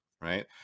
right